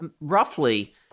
roughly